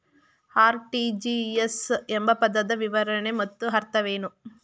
RTGS ಎಂಬ ಪದದ ವಿವರಣೆ ಮತ್ತು ಅರ್ಥವೇನು?